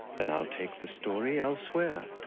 then i'll take the story elsewhere.